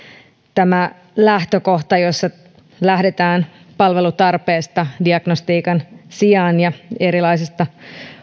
tämä lähtökohta jossa lähdetään palvelutarpeesta diagnostiikan sijaan ja erilaisista